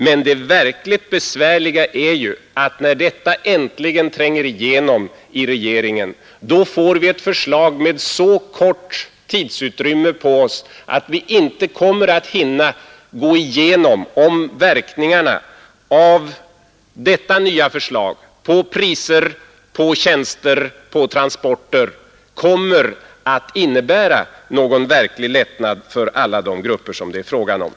Men det verkligt besvärliga är ju att när detta äntligen tränger igenom i regeringen, får vi ett förslag med så kort tid på oss, att vi inte kommer att hinna gå igenom om verkningarna av detta nya förslag på priser, på tjänster och på transporter kommer att innebära någon verklig lättnad för alla de grupper som det är fråga om.